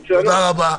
תודה רבה.